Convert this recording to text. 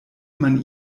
man